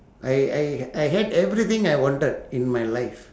I I I had everything I wanted in my life